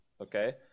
Okay